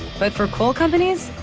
but for coal companies,